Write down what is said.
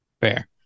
Fair